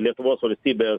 lietuvos valstybės